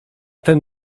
ten